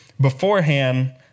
beforehand